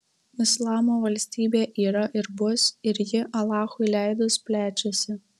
islamo valstybė yra ir bus ir ji alachui leidus plečiasi